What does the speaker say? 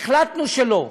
והחלטנו שלא.